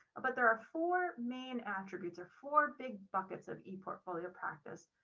but there are four main attributes or four big buckets of eportfolio practice,